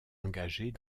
engagés